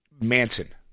Manson